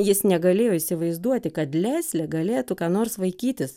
jis negalėjo įsivaizduoti kad leislė galėtų ką nors vaikytis